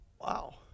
Wow